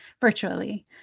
virtually